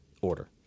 order